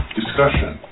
discussion